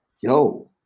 Yo